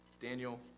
Daniel